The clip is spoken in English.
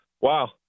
Wow